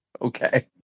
Okay